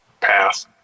path